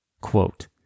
Quote